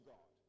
God